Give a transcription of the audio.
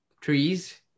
trees